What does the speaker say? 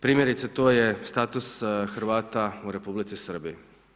Primjerice, to je status Hrvata u Republici Srbiji.